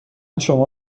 شما